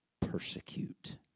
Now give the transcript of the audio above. persecute